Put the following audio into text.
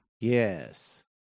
Yes